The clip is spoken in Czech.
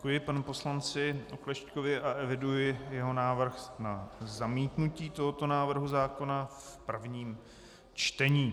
Děkuji panu poslanci Oklešťkovi a eviduji jeho návrh na zamítnutí tohoto návrhu zákona v prvním čtení.